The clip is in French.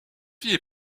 filles